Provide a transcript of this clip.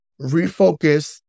refocus